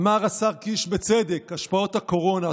אמר השר קיש בצדק: השפעות הקורונה.